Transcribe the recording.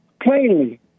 plainly